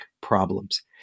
problems